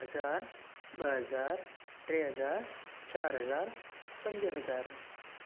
हज़ारु ॿ हज़ार टे हज़ार चारि हज़ार पंज हज़ार